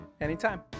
Anytime